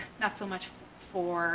not so much for